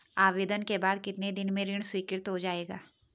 आवेदन के बाद कितने दिन में ऋण स्वीकृत हो जाएगा?